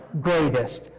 greatest